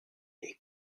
est